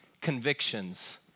convictions